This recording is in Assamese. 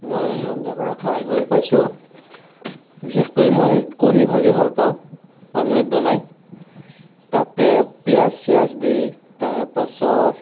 মই ৰন্ধা বঢ়াত সহায় কৰি পাইছোঁ বিশেষকৈ মই কণী ভাজি ভাল পাওঁ অমলেট বনাই তাতে পিঁয়াজ চিয়াজ দি তাৰপাছত